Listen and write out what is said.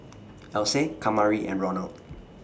Else Kamari and Ronald